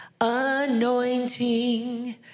anointing